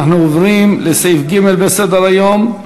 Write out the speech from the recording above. אנחנו עוברים לסעיף ג' בסדר-היום: